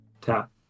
tap